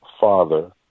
father